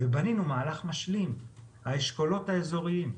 ובנינו מהלך משלים, האשכולות האזוריים.